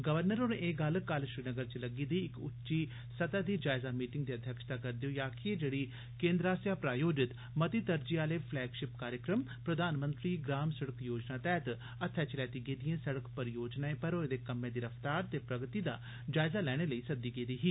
राज्यपाल होरें एह गल्ल कल श्रीनगर च लग्गी दी इक उच्ची मीटिंग दी अध्यक्षता करदे होई आक्खी जेहड़ी केन्द्र आस्सेआ प्रायोजत मती तरजीह आले पलैगशिप कार्यक्रम प्रधानमंत्री ग्राम सड़क योजना तैह्त हत्थै च लैती गेदिएं सड़क परियोजनाएं पर होए दे कम्मै दी रफ्तार ते प्रगति दा जायजा लैने लेई सद्दी गेदी ही